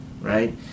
right